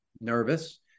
nervous